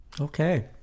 Okay